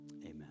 Amen